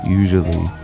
usually